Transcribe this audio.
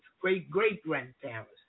Great-great-grandparents